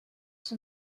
son